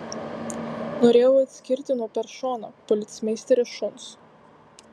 norėjau atskirti nuo peršono policmeisterio šuns